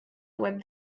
web